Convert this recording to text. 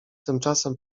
tymczasem